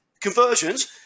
conversions